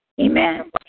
Amen